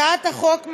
הצעת החוק,